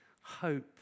hope